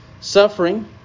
suffering